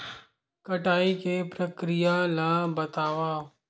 कटाई के प्रक्रिया ला बतावव?